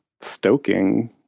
stoking